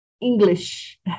English